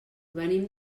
venim